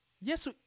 Yes